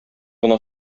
гына